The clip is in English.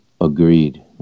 Agreed